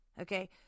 Okay